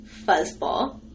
fuzzball